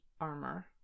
armor